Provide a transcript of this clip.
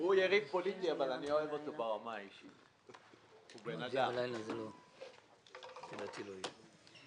אני שומע עכשיו שיש בעיות גם במשרד האוצר ונראה מה אנחנו עושים עם